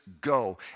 go